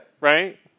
right